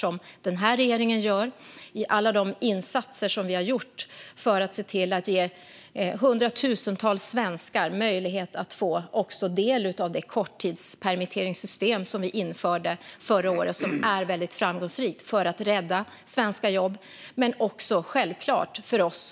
Vi har gjort alla dessa insatser för att ge hundratusentals svenskar möjlighet att få del av det korttidspermitteringssystem som vi införde förra året. Det är väldigt framgångsrikt när det gäller att rädda svenska jobb.